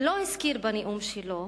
לא הזכיר בנאום שלו,